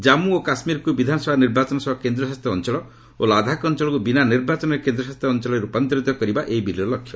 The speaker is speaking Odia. ଜନ୍ମୁ ଓ କାଶ୍ମୀରକୁ ବିଧାନସଭା ନିର୍ବାଚନ ସହ କେନ୍ଦ୍ରଶାସିତ ଅଞ୍ଚଳ ଓ ଲଦାଖ ଅଞ୍ଚଳକୁ ବିନା ନିର୍ବାଚନରେ କେନ୍ଦ୍ରଶାସିତ ଅଞ୍ଚଳରେ ରୂପାନ୍ତରିତ କରିବା ଏହି ବିଲ୍ର ଲକ୍ଷ୍ୟ